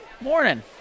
Morning